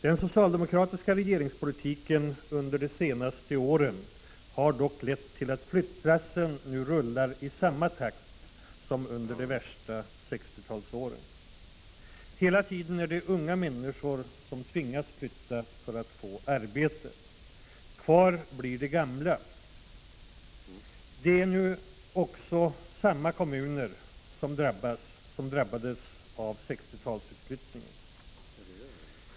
Den socialdemokratiska regeringspolitiken under de senaste åren har dock lett till att flyttlassen nu rullar i samma takt som under de värsta 60-talsåren. Hela tiden är det unga människor som tvingas flytta för att få arbete. Kvar blir de gamla. Det är också fråga om samma kommuner som drabbades av 60-talsutflyttningen.